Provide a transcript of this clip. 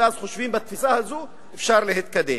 ואז חושבים שבתפיסה הזאת אפשר להתקדם.